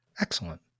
Excellent